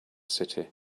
city